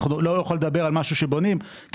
אנחנו לא יכול לדבר על משהו שבונים כי